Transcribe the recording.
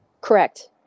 Correct